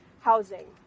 housing